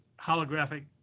holographic